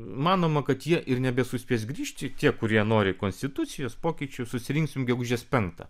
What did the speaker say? manoma kad jie ir nebesuspės grįžti tie kurie nori konstitucijos pokyčių susirinksim gegužės penktą